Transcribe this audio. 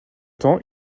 temps